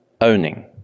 owning